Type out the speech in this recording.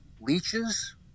leeches